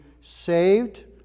saved